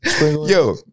Yo